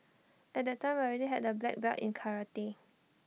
at that time I already had A black belt in karate